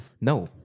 No